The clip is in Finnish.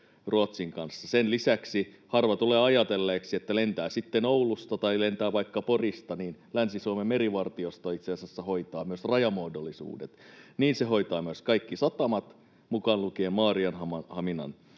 Sen lisäksi harva tulee ajatelleeksi, että lentää sitten Oulusta tai lentää vaikka Porista, niin Länsi-Suomen merivartiosto itse asiassa hoitaa myös rajamuodollisuudet. Niin se hoitaa myös kaikki satamat, mukaan lukien Maarianhaminan.